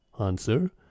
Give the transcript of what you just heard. Answer